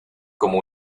como